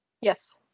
Yes